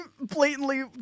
blatantly